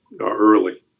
early